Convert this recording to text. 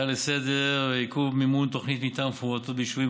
על עיכוב מימון תוכניות מתאר מפורטות ביישובים